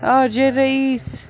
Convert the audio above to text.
R J S